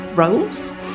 roles